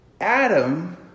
Adam